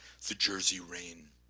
the jersey rain,